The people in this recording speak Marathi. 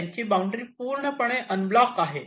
त्यांची बाउंड्री पूर्णपणे अनब्लॉक आहे